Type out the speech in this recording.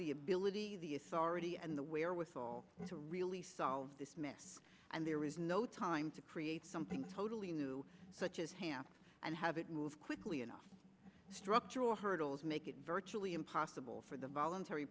the ability the authority and the wherewithal to really solve this mess and there is no time to create something totally new such as half and have it move quickly enough structural hurdles make it virtually impossible for the voluntary